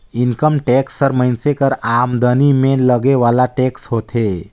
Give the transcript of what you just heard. income tax हर मइनसे कर आमदनी में लगे वाला टेक्स होथे